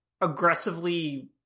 aggressively